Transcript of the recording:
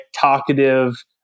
talkative